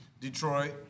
Detroit